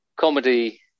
comedy